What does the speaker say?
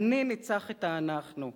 ה"אני" ניצח את ה"אנחנו".